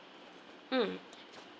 mm